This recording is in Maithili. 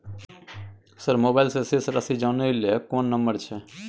सर मोबाइल से शेस राशि जानय ल कोन नंबर छै?